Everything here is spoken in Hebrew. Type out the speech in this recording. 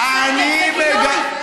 אני מגנה,